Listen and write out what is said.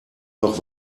noch